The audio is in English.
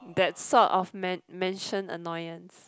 that sort of men~ mention annoyance